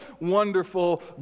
wonderful